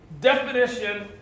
definition